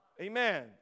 amen